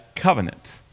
covenant